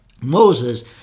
Moses